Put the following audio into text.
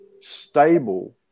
stable